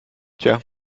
tja